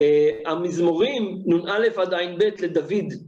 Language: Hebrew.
המזמורים, נ״א עד ע״ב לדוד.